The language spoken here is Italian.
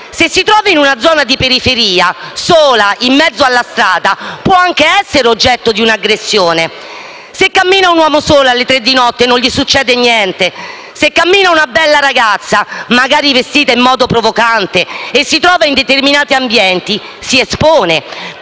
Se si trova in una zona di periferia sola, in mezzo alla strada, può anche essere oggetto di un'aggressione. Se cammina un uomo solo alle 3 di notte, non gli succede niente. Se cammina una bella ragazza, magari vestita in modo provocante e si trova in determinati ambienti, si espone.